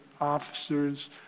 officers